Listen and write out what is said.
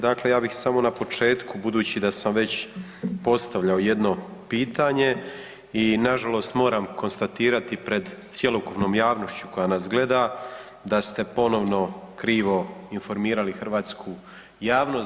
Dakle, ja bih samo na početku budući da sam već postavljao jedno pitanje i na žalost moram konstatirati pred cjelokupnom javnošću koja nas gleda da ste ponovno krivo informirali hrvatsku javnost.